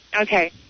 Okay